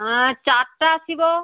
ହାଁ ଚାରିଟା ଆସିବ